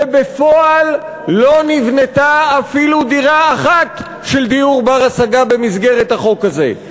ובפועל לא נבנתה אפילו דירה אחת של דיור בר-השגה במסגרת החוק הזה.